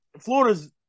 Florida's